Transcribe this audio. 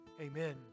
amen